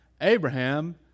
Abraham